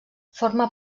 forma